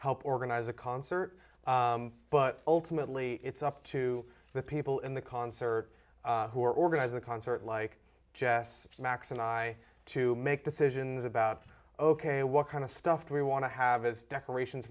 help organize a concert but ultimately it's up to the people in the concert who organize the concert like jess max and i to make decisions about ok what kind of stuff we want to have as decorations